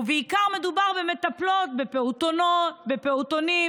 ובעיקר מדובר במטפלות בפעוטונים,